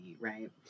right